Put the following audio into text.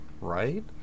Right